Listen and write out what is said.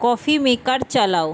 coffee maker চালাও